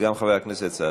גם חבר הכנסת סעדי.